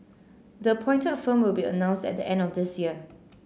the appointed a firm will be announced at the end of this year